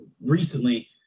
recently